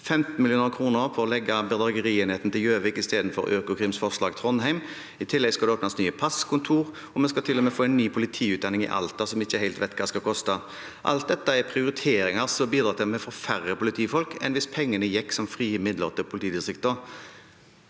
15 mill. kr på å legge bedragerienheten til Gjøvik istedenfor Trondheim, som var Økokrims forslag. I tillegg skal det åpnes nye passkontor, og vi skal til og med få en ny politiutdanning i Alta, som vi ikke helt vet hva skal koste. Alt dette er prioriteringer som bidrar til at vi får færre politifolk enn hvis pengene gikk som frie midler til politidistriktene.